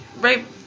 Right